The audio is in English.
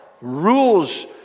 Rules